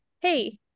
hey